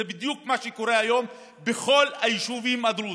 זה בדיוק מה שקורה היום בכל היישובים הדרוזיים.